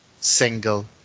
single